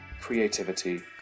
creativity